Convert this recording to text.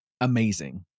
Amazing